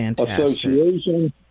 Association